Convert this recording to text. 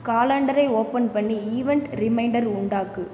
காலண்டரை open பண்ணி event reminder உண்டாக்கு